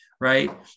right